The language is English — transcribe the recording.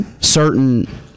certain